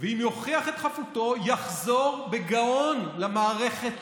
ואם יוכיח את חפותו, יחזור בגאון למערכת